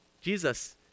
Jesus